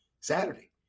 Saturday